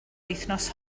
wythnos